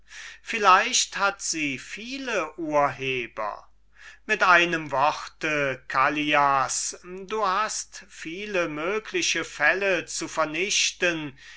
vielleicht hat sie viele urheber mit einem worte callias du hast viele mögliche fälle zu vernichten